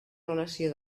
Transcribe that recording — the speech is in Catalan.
relació